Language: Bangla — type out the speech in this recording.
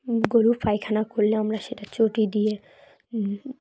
গরু পায়খানা করলে আমরা সেটা দিয়ে